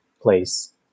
place